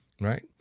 Right